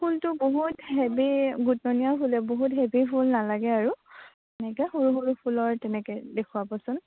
ফুলটো বহুত গোতনীয়া ফুলেই বহুত হেভি ফুল নালাগে আৰু এনেকৈ সৰু সৰু ফুলৰ তেনেকৈ দেখুৱাবচোন